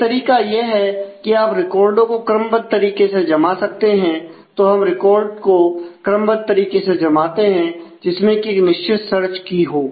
एक तरीका यह है कि आप रिकार्डों को क्रमबद्ध तरीके से जमा सकते हैं तो हम रिकॉर्डर को क्रमबद्ध तरीके से जमाते हैं जिसमें की एक निश्चित सर्च की हो